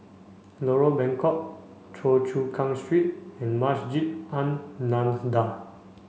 Lorong Bengkok Choa Chu Kang Street and Masjid An Nahdhah